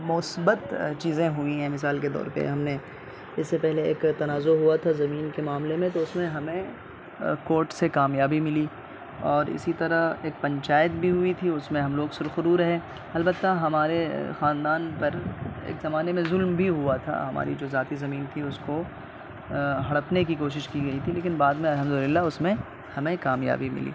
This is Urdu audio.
مثبت چیزیں ہوئی ہیں مثال کے طور پہ ہم نے اس سے پہلے ایک تنازع ہوا تھا زمین کے معاملے میں تو اس میں ہمیں کورٹ سے کامیابی ملی اور اسی طرح ایک پنچایت بھی ہوئی تھی اس میں ہم لوگ سرخ رو رہے البتہ ہمارے خاندان پر ایک زمانے میں ظلم بھی ہوا تھا ہماری جو ذاتی زمیں تھی اس کو ہڑپنے کی کوشش کی گئی تھی لیکن بعد میں الحمد للہ اس میں ہمیں کامیابی ملی